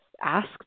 ask